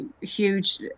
huge